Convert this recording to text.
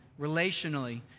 relationally